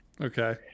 Okay